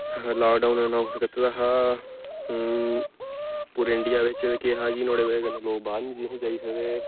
lockdown announce कीते दा हा हूं पूरे इंडिया बिच्च केह् हा कि नुआढ़े बजह् कन्नै लोक बाहर नेईं हे जाई सकदे